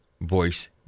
voice